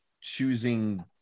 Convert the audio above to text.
choosing